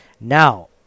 Now